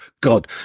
God